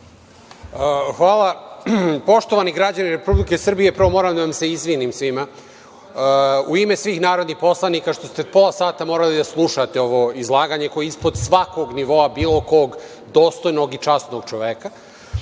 Hvala. Poštovani građani Republike Srbije, prvo moram da vam se svima izvinim svima u ime svih narodnih poslanika što ste pola sata morali da slušate ovo izlaganje koje je ispod svakog nivoa bilo kog dostojnog i časnog čoveka. Kao